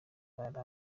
bari